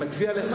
אני מציע לך,